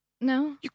No